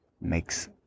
makes